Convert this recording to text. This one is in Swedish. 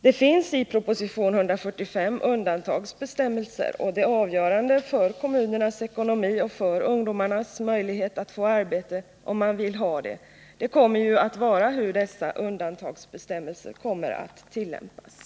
Det finns i proposition 145 undantagsbestämmelser, och det avgörande för kommunernas ekonomi och för ungdomarnas möjlighet att få arbete, om de vill ha det, kommer ju att vara hur dessa undantagsbestämmelser tillämpas.